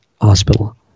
Hospital